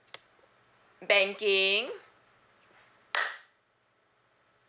banking